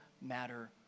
matter